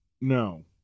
No